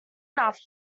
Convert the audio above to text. enough